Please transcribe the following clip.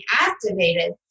activated